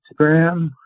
Instagram